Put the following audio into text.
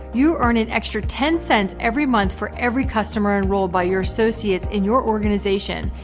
you earn an extra ten cents every month for every customer enrolled by your associates in your organization,